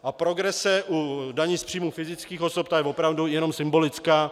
A progrese u daní z příjmu fyzických osob, ta je opravdu jenom symbolická.